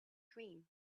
dream